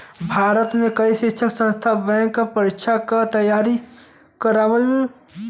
भारत में कई शिक्षण संस्थान बैंक क परीक्षा क तेयारी करावल